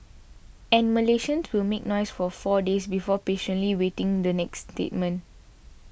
and Malaysians will make noise for four days before patiently waiting the next statement